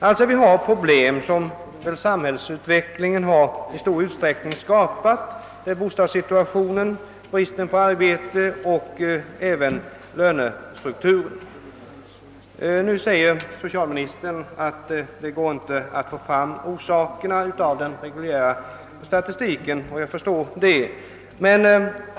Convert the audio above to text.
Vi har alltså problem som samhällsutvecklingen i stor utsträckning skapat: bostadssituationen, bristen på arbete och även lönestrukturen. Socialministern säger att det inte går att få fram orsakerna ur den reguljära statistiken. Jag förstår det.